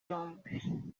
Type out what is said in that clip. yombi